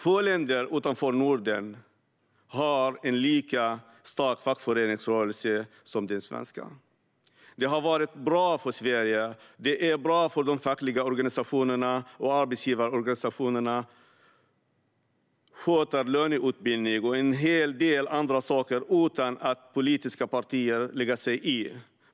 Få länder utanför Norden har en lika stark fackföreningsrörelse som den svenska. Det har varit bra för Sverige. Det är bra om de fackliga organisationerna och arbetsgivarorganisationerna sköter lönebildning och en hel del andra saker utan att politiska partier lägger sig i.